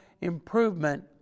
improvement